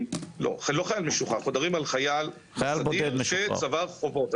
אנחנו מדברים על חייל סדיר שצבר חובות.